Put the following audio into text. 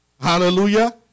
Hallelujah